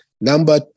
number